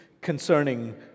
concerning